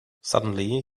suddenly